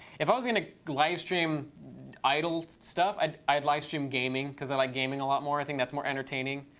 if i was going to livestream idle stuff, i'd i'd livestream gaming because i like gaming a lot more. i think that's more entertaining.